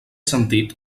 sentit